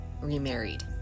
remarried